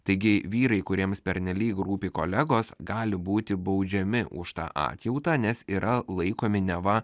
taigi vyrai kuriems pernelyg rūpi kolegos gali būti baudžiami už tą atjautą nes yra laikomi neva